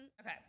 okay